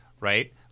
right